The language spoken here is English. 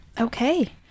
Okay